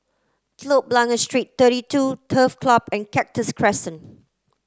Telok Blangah Street thirty two Turf Club and Cactus Crescent